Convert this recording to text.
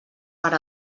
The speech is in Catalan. per